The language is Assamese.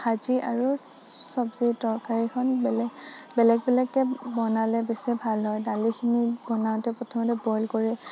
ভাজি আৰু চব্জিৰ তৰকাৰীখন বেলেগ বেলেগকে বনালে বেছি ভাল হয় দালিখিনি বনাওতে প্ৰথমতে বইল কৰি